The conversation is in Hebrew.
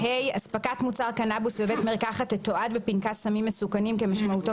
"(ה) הספקת מוצר קנבוס בבית מרקחת תתועד בפנקס סמים מסוכנים כמשמעותו